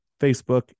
Facebook